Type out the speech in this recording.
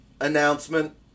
announcement